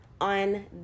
On